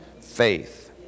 faith